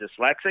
dyslexic